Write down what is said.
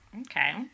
Okay